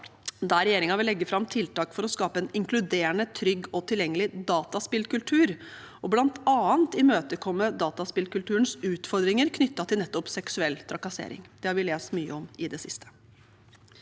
der regjeringen vil legge fram tiltak for å skape en inklu derende, trygg og tilgjengelig dataspillkultur og bl.a. imøtekomme dataspillkulturens utfordringer knyttet til nettopp seksuell trakassering. Det har vi lest mye om i det siste.